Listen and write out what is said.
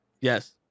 Yes